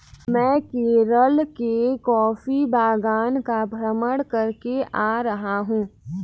मैं केरल के कॉफी बागान का भ्रमण करके आ रहा हूं